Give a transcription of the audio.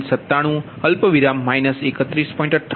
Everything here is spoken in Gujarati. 97 31